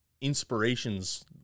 inspirations